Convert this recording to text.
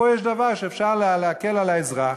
פה יש אפשרות להקל על האזרח: